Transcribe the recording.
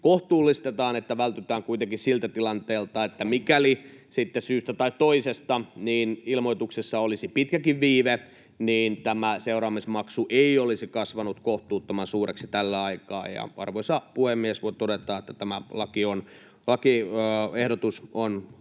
kohtuullistetaan, että vältytään siltä tilanteelta, että mikäli syystä tai toisesta ilmoituksessa olisi pitkäkin viive, niin tämä seuraamusmaksu ei kasvaisi kohtuuttoman suureksi tällä aikaa. Ja, arvoisa puhemies, voin todeta, että tämä lakiehdotus on